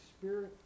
spirit